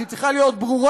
שהיא צריכה להיות ברורה,